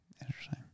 Interesting